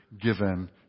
given